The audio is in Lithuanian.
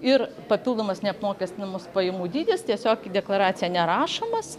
ir papildomas neapmokestinamas pajamų dydis tiesiog į deklaraciją nerašomas